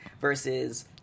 versus